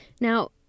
Now